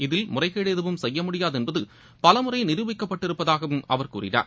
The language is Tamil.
இதில் முறைகேடு எதுவும் செய்ய முடியாது என்பது பல முறை நிரூபிக்கப்பட்டிருப்பதாகவும் அவர் கூறினார்